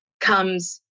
comes